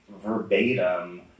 verbatim